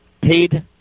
paid